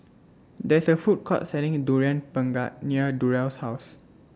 There's A Food Court Selling Durian Pengat near Durrell's House